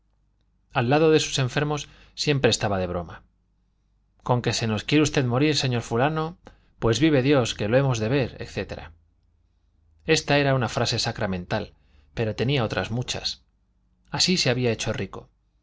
al lado de sus enfermos siempre estaba de broma con que se nos quiere usted morir señor fulano pues vive dios que lo hemos de ver etc esta era una frase sacramental pero tenía otras muchas así se había hecho rico